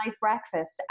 breakfast